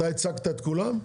אתה ייצגת את כולם?